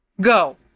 Go